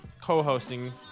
co-hosting